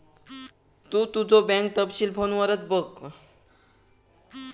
तु तुझो बँक तपशील फोनवरच बघ